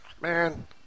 man